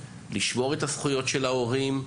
לשמור את הזכויות של ההורים.